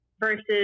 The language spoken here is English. versus